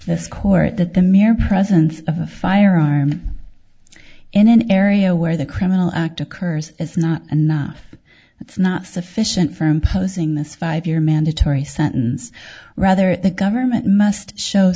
this court that the mere presence of a firearm in an area where the criminal act occurs is not enough it's not sufficient for imposing this five year mandatory sentence rather the government must show